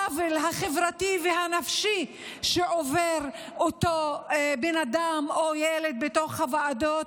שם; לא מתייחסים לעוול החברתי והנפשי שעובר אותו בן אדם או ילד בוועדות.